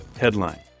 headline